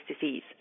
disease